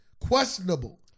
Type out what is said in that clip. questionable